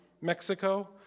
Mexico